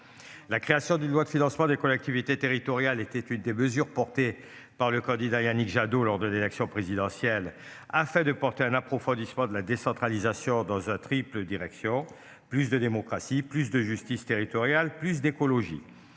La création d'une loi de financement des collectivités territoriales, était une des mesures portées par le candidat Yannick Jadot lors de l'élection présidentielle afin de porter un approfondissement de la décentralisation dans un triple direction plus de démocratie, plus de justice territoriale plus d'écologie